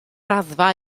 raddfa